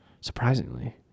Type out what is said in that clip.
surprisingly